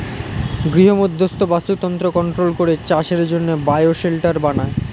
গৃহমধ্যস্থ বাস্তুতন্ত্র কন্ট্রোল করে চাষের জন্যে বায়ো শেল্টার বানায়